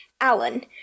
Alan